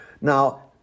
Now